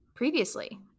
Previously